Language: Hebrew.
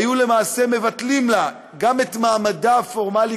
היו למעשה מבטלים גם את מעמדה הפורמלי